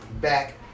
back